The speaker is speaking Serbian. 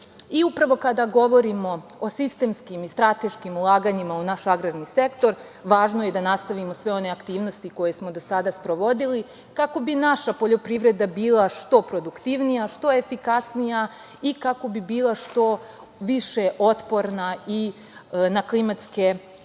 kada govorimo o sistemskim strateškim ulaganjima u naš agrarni sektor, važno je da nastavimo sve one aktivnosti koje smo do sada sprovodili, kao bi naša poljoprivreda bila što produktivnija, što efikasnija, i kako bila što više otporna na klimatske